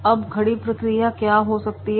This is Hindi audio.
अब खड़ी प्रक्रिया क्या हो सकती है